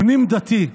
פנים-דתי: